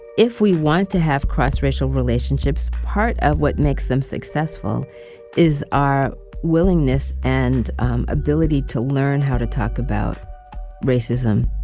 if we want to have cross-racial relationships, part of what makes them successful is our willingness and um ability to learn how to talk about racism,